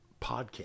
podcast